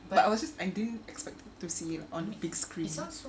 but I was just I didn't expect to see it on big screen